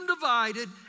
divided